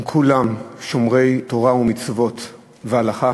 הם כולם שומרי תורה ומצוות והלכה